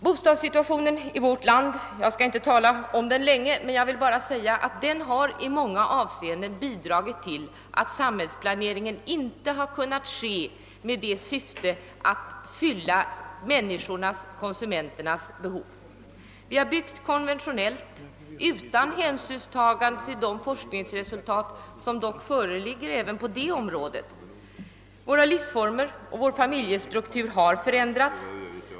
Bostadssituationen — som jag inte skall tala så mycket om — har i många avseenden bidragit till att samhällsplaneringen inte kunnat ske med sikte på att tillgodose människans-konsumentens behov. Vi har byggt konventionellt och utan hänsynstagande till de forskningsresultat vi ändå har på området. Våra livsformer och vår familjestruktur har förändrats.